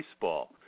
baseball